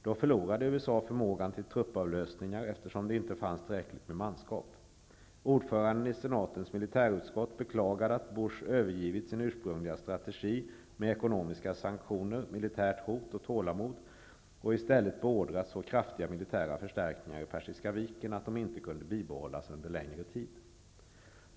Då förlorade USA förmågan till truppavlösningar, eftersom det inte fanns tillräckligt med manskap. Ordföranden i senatens militärutskott beklagade att Bush hade övergivit sin ursprungliga strategi med ekonomiska sanktioner, militärt hot och tålamod och i stället beordrat så kraftiga militära förstärkningar i Persiska viken att dessa inte kunde bibehållas under längre tid.